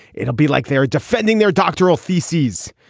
it'll be like they are defending their doctoral theses.